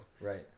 Right